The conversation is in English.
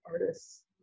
artists